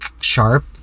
sharp